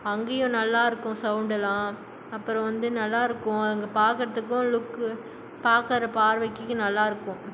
அங்கேயும் நல்லாயிருக்கும் சவுண்ட் எல்லாம் அப்புறம் வந்து நல்லாயிருக்கும் அங்கே பார்க்குறதுக்கும் லுக்கு பார்க்குற பார்வைக்கு நல்லாயிருக்கும்